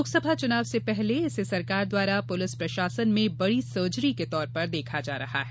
लोकसभा चुनाव से पहले इसे सरकार द्वारा पुलिस प्रशासन में बड़ी सर्जरी के तौर पर देखा जा रहा है